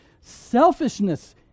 selfishness